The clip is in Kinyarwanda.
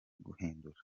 guhindura